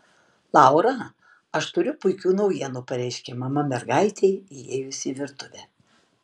laura aš turiu puikių naujienų pareiškė mama mergaitei įėjus į virtuvę